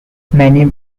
many